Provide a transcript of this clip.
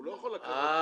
הוא לא יכול לקחת אותו,